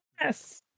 yes